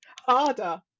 harder